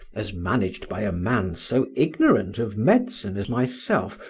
as managed by a man so ignorant of medicine as myself,